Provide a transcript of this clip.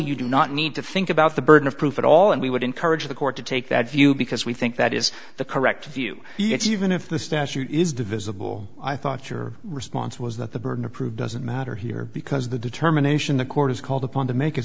you do not need to think about the burden of proof at all and we would encourage the court to take that view because we think that is the correct view even if the statute is divisible i thought your response was that the burden of proof doesn't matter here because the determination the court is called upon to make is